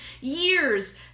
years